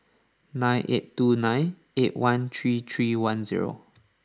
nine eight two nine eight one three three one zero